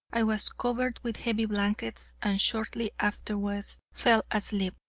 i was covered with heavy blankets, and shortly afterwards fell asleep,